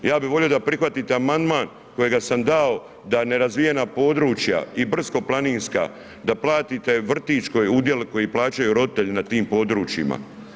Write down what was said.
Ja bih volio da prihvatite amandman kojega sam dao da ne razvijena područja i brdsko-planinska da platite vrtić udjel koji plaćaju roditelji na tim područjima.